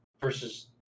versus